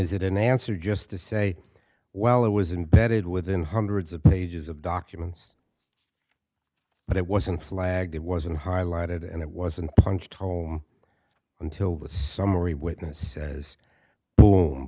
is it an answer just to say well it was imbedded within hundreds of pages of documents but it wasn't flagged it wasn't highlighted and it wasn't punched hole until the summary witness says